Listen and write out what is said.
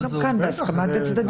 אפשר גם כאן לרשום בהסכמת הצדדים.